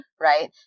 right